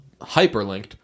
hyperlinked